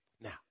Now